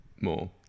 More